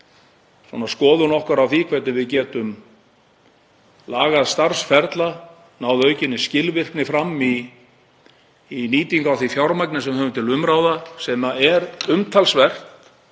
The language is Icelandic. skoðun okkar á því hvernig við getum lagað starfsferla, náð aukinni skilvirkni fram í nýtingu á því fjármagni sem við höfum til umráða — sem er umtalsvert